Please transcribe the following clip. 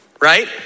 right